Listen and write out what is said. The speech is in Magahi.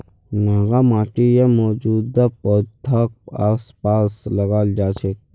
नंगा माटी या मौजूदा पौधाक आसपास लगाल जा छेक